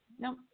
No